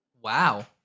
Wow